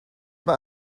mae